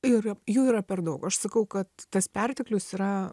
ir jų yra per daug aš sakau kad tas perteklius yra